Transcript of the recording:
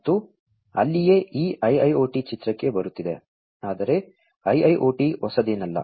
ಮತ್ತು ಅಲ್ಲಿಯೇ ಈ IIoT ಚಿತ್ರಕ್ಕೆ ಬರುತ್ತಿದೆ ಆದರೆ IIoT ಹೊಸದೇನಲ್ಲ